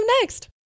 next